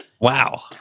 Wow